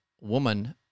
woman